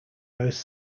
most